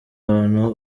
abantu